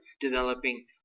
developing